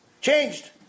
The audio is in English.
changed